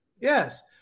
yes